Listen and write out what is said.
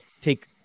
take